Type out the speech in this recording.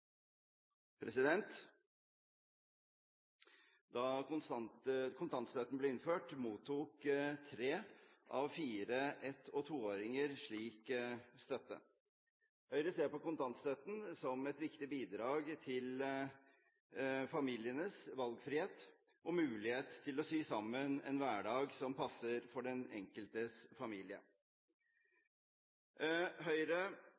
Helleland. Da kontantstøtten ble innført, mottok tre av fire ett- og toåringer slik støtte. Høyre ser på kontantstøtten som et viktig bidrag til familienes valgfrihet og mulighet til å sy sammen en hverdag som passer for den enkeltes familie. Høyre